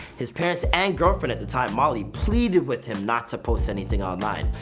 his parents and girlfriend at the time molly, pleaded with him not to post anything online,